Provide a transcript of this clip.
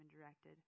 directed